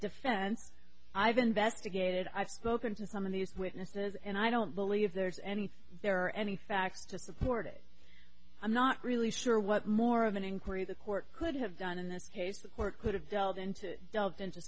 defense i've investigated i've spoken to some of these witnesses and i don't believe there's anything there any facts to support it i'm not really sure what more of an inquiry the court could have done in this case the court could have dealt in to delve into